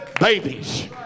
babies